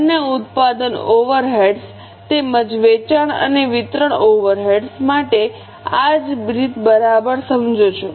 બંને ઉત્પાદન ઓવરહેડ્સ તેમજ વેચાણ અને વિતરણ ઓવરહેડ્સ માટે આ જ રીતબરાબર સમજો છો